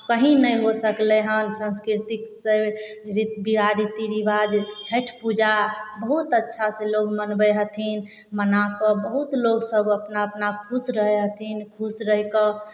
कहीँ नहि हो सकलै हन संस्कीर्तिक से विवाह रीति रिबाज छठि पूजा बहुत अच्छा से लोग मनबै हथिन मनाकऽ बहुत लोग सब अपना अपना खुश रहै हथिन खुश रहि कऽ